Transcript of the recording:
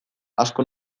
asko